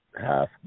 half